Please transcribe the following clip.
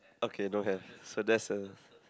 okay don't have so that's a